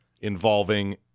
involving